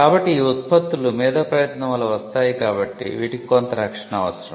కాబట్టి ఈ ఉత్పత్తులు మేధో ప్రయత్నం వల్ల వస్తాయి కాబట్టి వీటికి కొంత రక్షణ అవసరం